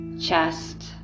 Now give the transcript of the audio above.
chest